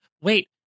wait